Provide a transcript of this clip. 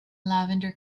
lavender